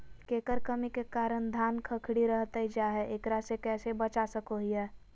केकर कमी के कारण धान खखड़ी रहतई जा है, एकरा से कैसे बचा सको हियय?